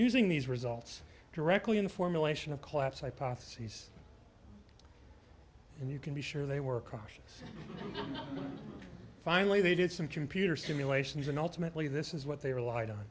using these results directly in the formulation of collapse hypotheses and you can be sure they were cautious finally they did some computer simulations and ultimately this is what they relied on